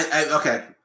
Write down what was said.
Okay